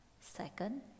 second